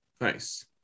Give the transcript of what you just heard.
nice